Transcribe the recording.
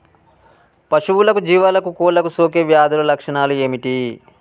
పశువులకు జీవాలకు కోళ్ళకు సోకే వ్యాధుల లక్షణాలు ఏమిటి?